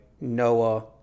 noah